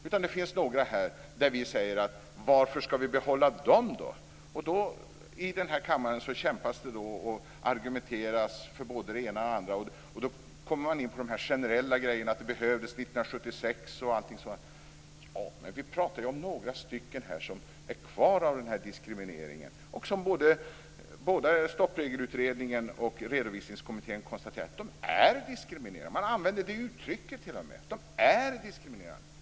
Men det finns några regler som vi undrar varför de ska behållas. I denna kammare kämpas det och argumenteras för både det ena och andra, och då kommer man in på de generella frågorna, att det behövde sådana regler 1976 och annat. Ja, men vi pratar ju om några stycken som fortfarande är diskriminerande. Både Stoppregelutredningen och Redovisningskommittén har konstaterat att de är diskriminerande. Man använder t.o.m. det uttrycket.